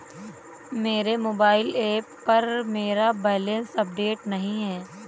मेरे mobile app पर मेरा बैलेंस अपडेट नहीं है